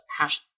hashtag